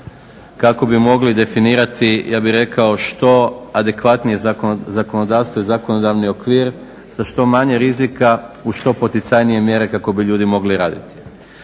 kako bi mogli definirati ja bih rekao što adekvatnije zakonodavstvo i zakonodavni okvir sa što manje rizika u što poticajnije mjere kako bi ljudi mogli raditi.